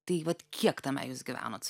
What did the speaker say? tai vat kiek tame jūs gyvenot su